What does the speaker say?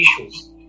issues